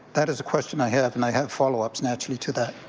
that is a question i have and i have follow-ups naturally to that.